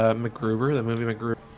ah macgruber that maybe my group